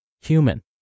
human